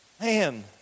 man